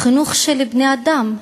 בחינוך של בני-אדם.